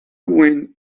went